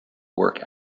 work